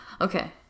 Okay